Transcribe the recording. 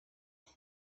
iki